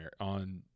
on